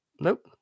nope